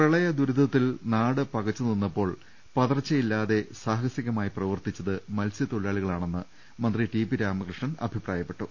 പ്രളയ ദുരിതത്തിൽ ന്ാട് പകച്ചു നിന്നപ്പോൾ പതർച്ചയില്ലാതെ സാഹസികമായി പ്രവർത്തിച്ചത് മത്സൃത്തൊഴിലാളികളാണെന്ന് മന്ത്രി ടി പി രാമകൃഷ്ണൻ അഭിപ്രായപ്പെട്ടു